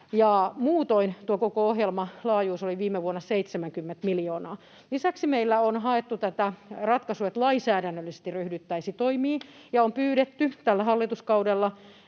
muutoin tuo koko ohjelman laajuus oli viime vuonna 70 miljoonaa. Lisäksi meillä on haettu tätä ratkaisua, että lainsäädännöllisesti ryhdyttäisiin toimiin. Tällä hallituskaudella